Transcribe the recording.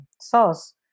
sauce